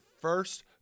first